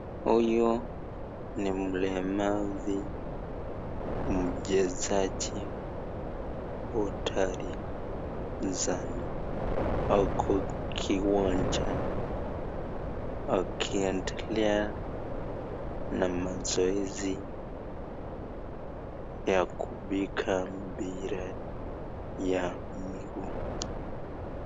Huyu ni mlemavu , mchezaji hodari sana. Ako kiwanjani akiendelea na mazoezi ya kupiga mpira ya miguu.